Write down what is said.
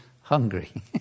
hungry